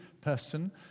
person